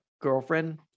girlfriend